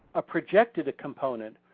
a projected component,